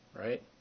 right